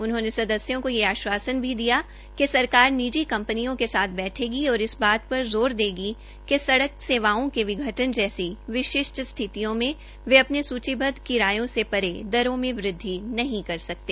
उन्होंने सदस्यों का यह आश्वासन भी दिया कि सरकार निजी कंपनियों के साथ बैठेगी और इस बात पर ज़ोर देगी कि सड़क सेवाओं की विघटन जैसी विघटन स्थितियों में वे अने सूचीबद्व किरायों से परे दरों में वृद्वि नहीं कर सकते